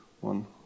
one